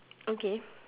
okay